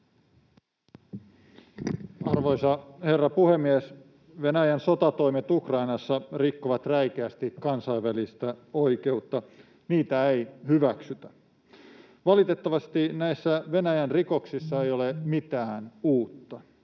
Arvoisa herra puhemies! Venäjän sotatoimet Ukrainassa rikkovat räikeästi kansainvälistä oikeutta. Niitä ei hyväksytä. Valitettavasti näissä Venäjän rikoksissa ei ole mitään uutta.